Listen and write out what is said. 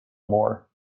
more